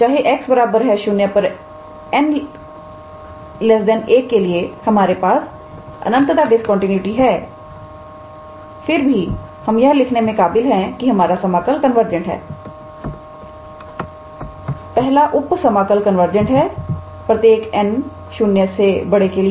तो चाहे x0 पर 𝑛 1 के लिए हमारे पास अनंतता डिस्कंटीन्यूटी है फिर भी हम यह लिखने में काबिल हैं कि हमारा समाकल कन्वर्जेंट है पहला उप समाकल कन्वर्जेंट है प्रत्येक 𝑛 0 के लिए